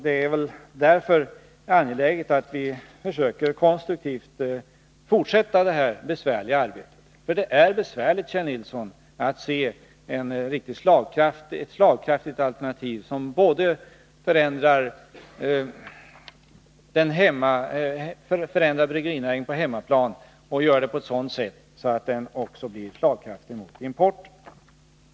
Det är därför angeläget att vi konstruktivt försöker fortsätta detta besvärliga arbete — för det är besvärligt, Kjell Nilsson, att se ett riktigt slagkraftigt alternativ som både förändrar bryggerinäringen på hemmaplan och gör det på ett sådant sätt att den klarar konkurrensen med importen.